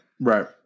Right